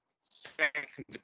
Second